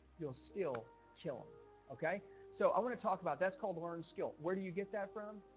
you're still killing okay, so i want to talk about that's called a learned skill. where do you get that from?